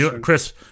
Chris